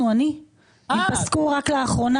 אנחנו כאן פוגשים את הזוגות הצעירים שאומרים לנו: